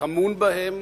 שטמון בהם